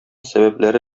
сәбәпләре